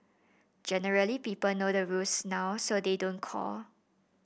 generally people know the rules now so they don't call